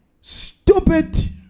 stupid